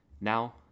Now